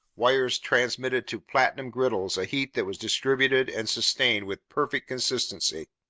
wires transmitted to platinum griddles a heat that was distributed and sustained with perfect consistency.